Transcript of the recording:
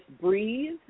breathe